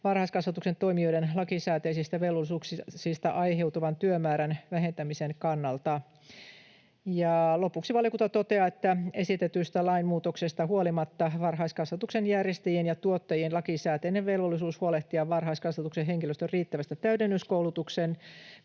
varhaiskasvatuksen toimijoiden lakisääteisistä velvollisuuksista aiheutuvan työmäärän vähentämisen kannalta. Lopuksi valiokunta toteaa, että esitetystä lainmuutoksesta huolimatta varhaiskasvatuksen järjestäjien ja tuottajien lakisääteinen velvollisuus huolehtia varhaiskasvatuksen henkilöstön riittävästä täydennyskoulutukseen